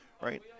Right